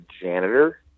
janitor